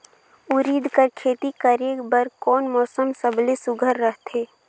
उरीद कर खेती करे बर कोन मौसम सबले सुघ्घर रहथे?